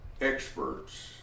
experts